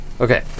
Okay